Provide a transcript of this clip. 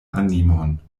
animon